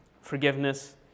forgiveness